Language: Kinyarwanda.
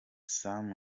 sam